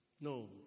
No